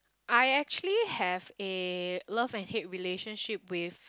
I actually have a love and hate relationship with